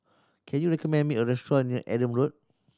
can you recommend me a restaurant near Adam Road